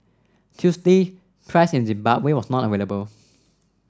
Tuesday price in Zimbabwe was not available